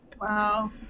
Wow